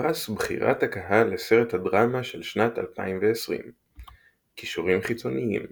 פרס בחירת הקהל לסרט הדרמה של שנת 2020 קישורים חיצוניים